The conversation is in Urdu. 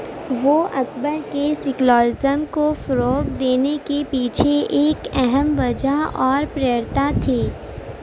وہ اکبر کے سیکولر ازم کو فروغ دینے کے پیچھے ایک اہم وجہ اور پریرتا تھی